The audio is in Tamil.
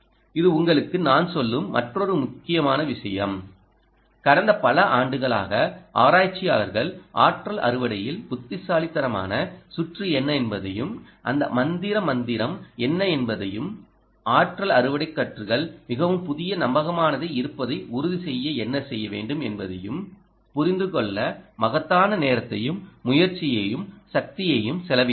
இது உங்களுக்கு நான் சொல்லும் மற்றொரு முக்கியமான விஷயம் கடந்த பல ஆண்டுகளாக ஆராய்ச்சியாளர்கள் ஆற்றல் அறுவடையில் புத்திசாலித்தனமான சுற்று என்ன என்பதையும் அந்த மந்திர மந்திரம் என்ன என்பதையும் ஆற்றல் அறுவடை சுற்றுகள் மிகவும் புதிய நம்பகமானதாக இருப்பதை உறுதி செய்ய என்ன செய்ய வேண்டும் என்பதையும் புரிந்துகொள்ள மகத்தான நேரத்தையும்முயற்சியையும் சக்தியையும் செலவிட்டனர்